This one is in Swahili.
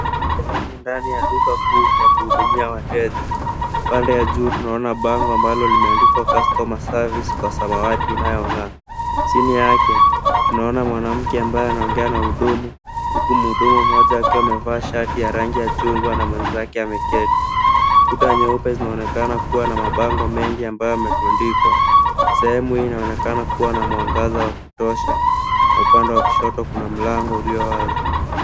Sehemu ndani ya duka kuu ya kuhudumia wateja. Pande ya juu tunaona bango ambalo limeandikwa Customer Service kwa samawati inayong'aa. Chini yake tunaona mwanamke ambaye anaongea na mhudumu huku mhudumu mmoja akiwa amevaa shati ya rangi ya chungwa na mwenzake ameketi. Kuta nyeupe zinaonekana kuwa na mabango mengi ambayo yametundikwa. Sehemu hii inaonekana kuwa na mwangaza wa kutosha na upande wa kushoto kuna mlango ulio wazi.